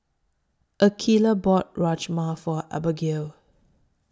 Akeelah bought Rajma For Abagail